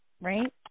Right